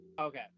okay